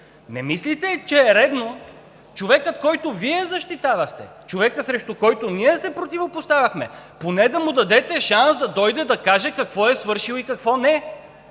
Не мислите ли, че е редно човекът, който Вие защитавахте, човекът, срещу който ние се противопоставяхме, поне да му дадете шанс да дойде, да каже какво е свършил и какво не?